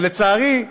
לצערי,